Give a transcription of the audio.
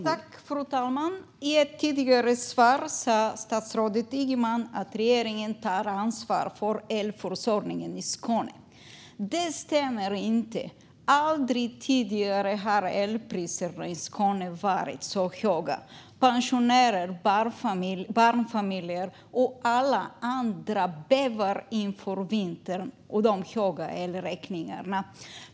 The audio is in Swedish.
Fru talman! I ett tidigare svar sa statsrådet Ygeman att regeringen tar ansvar för elförsörjningen i Skåne. Detta stämmer inte. Aldrig tidigare har elpriserna i Skåne varit så höga. Pensionärer, barnfamiljer och alla andra bävar inför vintern och de höga elräkningarna.